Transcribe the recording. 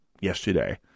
yesterday